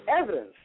evidence